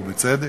ובצדק.